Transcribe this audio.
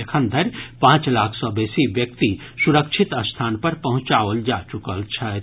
एखन धरि पांच लाख सँ बेसी व्यक्ति सुरक्षित स्थान पर पहुंचाओल जा चुकल छथि